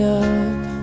up